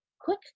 quick